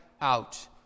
out